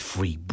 Free